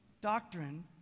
Doctrine